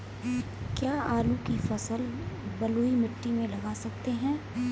क्या आलू की फसल बलुई मिट्टी में लगा सकते हैं?